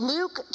Luke